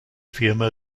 firma